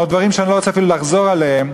או דברים שאני לא רוצה אפילו לחזור עליהם.